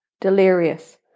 delirious